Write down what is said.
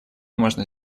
можно